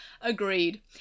agreed